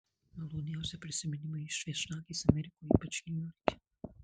maloniausi prisiminimai iš viešnagės amerikoje ypač niujorke